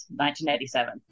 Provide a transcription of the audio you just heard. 1987